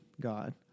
God